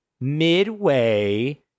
midway